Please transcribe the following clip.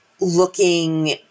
looking